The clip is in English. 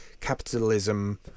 capitalism